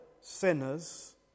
sinners